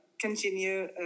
continue